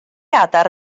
adar